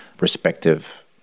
respective